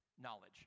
knowledge